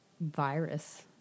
virus